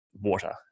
water